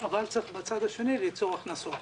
אבל צריך מן הצד השני ליצור הכנסות.